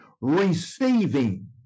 Receiving